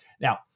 Now